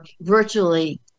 virtually